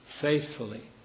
faithfully